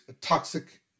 Toxic